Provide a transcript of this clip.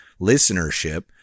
listenership